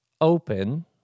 open